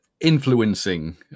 influencing